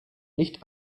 nicht